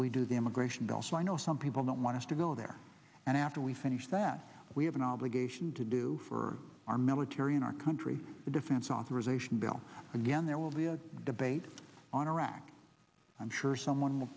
we do the immigration bill so i know some people don't want to still there and after we finish that we have an obligation to do for our military in our country the defense authorization bill again there will be a debate on iraq i'm sure someone will